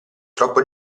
troppo